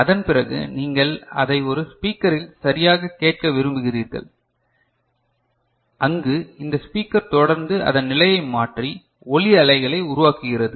அதன்பிறகு நீங்கள் அதை ஒரு ஸ்பீக்கரில் சரியாக கேட்க விரும்புகிறீர்கள் அங்கு இந்த ஸ்பீக்கர் தொடர்ந்து அதன் நிலையை மாற்றி ஒலி அலைகளை உருவாக்குகிறது